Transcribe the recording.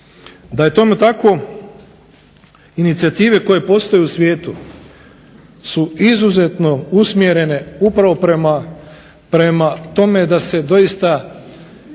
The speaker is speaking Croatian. Da je tomu tako inicijative koje postoje u svijetu su izuzetno usmjerene upravo prema tome da se doista